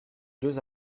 deux